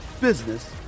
business